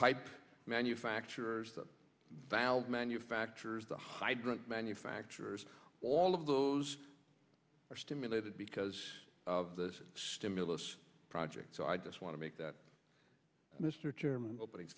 pipe manufacturers the valve manufacturers the hydrant manufacturers all of those are stimulated because of this stimulus project so i just want to make that mr chairman opening